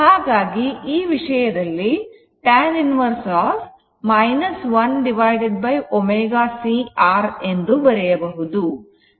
ಹಾಗಾಗಿ ಈ ವಿಷಯದಲ್ಲಿ tan inverse 1 ω c R ಎಂದು ಬರೆಯಬಹುದು